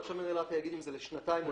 ועכשיו מנהל רת"א יגיד אם זה לשנתיים או